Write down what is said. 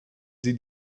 sie